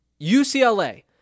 UCLA